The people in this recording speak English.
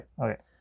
Okay